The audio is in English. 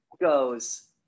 goes